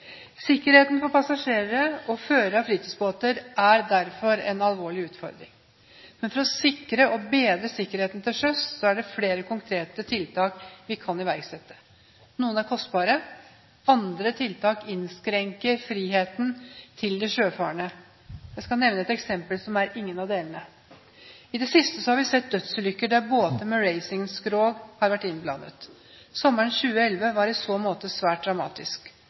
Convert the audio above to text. Sikkerheten for passasjerer og førere av fritidsbåter er derfor en alvorlig utfordring. Men for å bedre sikkerheten til sjøs er det flere konkrete tiltak vi kan iverksette. Noen er kostbare, andre tiltak innskrenker friheten til de sjøfarende. Jeg skal nevne et eksempel som er ingen av delene. I det siste har vi sett dødsulykker der båter med racingskrog har vært innblandet. Sommeren 2011 var i så måte svært dramatisk.